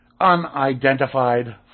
unidentified